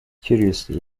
curiously